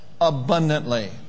abundantly